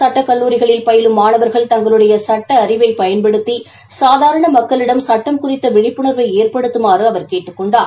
சட்டக் கல்லூரிகளில் பயிலும் மாணவா்கள் தங்களுடைய சட்ட அறிவை பயன்படுத்தி சாதாரண மக்களிடம் சட்டம் குறித்த விழிப்புணர்வை ஏற்படுத்ததமாறு அவர் கேட்டுக் கொண்டார்